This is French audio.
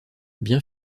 bien